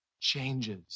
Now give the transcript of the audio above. changes